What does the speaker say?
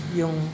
yung